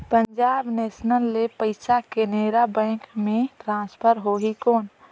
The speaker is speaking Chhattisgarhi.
पंजाब नेशनल ले पइसा केनेरा बैंक मे ट्रांसफर होहि कौन?